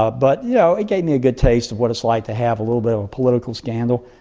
ah but, you know, it gave me a good taste of what it's like to have a little bit of a political scandal.